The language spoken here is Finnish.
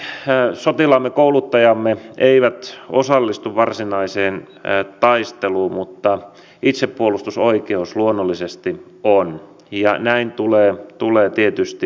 meidän suomalaiset sotilaamme kouluttajamme eivät osallistu varsinaiseen taisteluun mutta itsepuolustusoikeus luonnollisesti on ja näin tulee tietysti ollakin